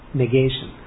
negation